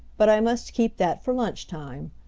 but i must keep that for lunch time.